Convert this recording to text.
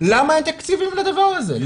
למה אין תקציבים לדבר הזה,